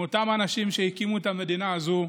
הם אותם אנשים שהקימו את המדינה הזאת,